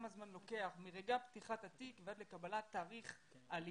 כמה זמן לוקח מרגע פתיחת התיק ועד לקבלת תאריך עלייה.